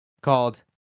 called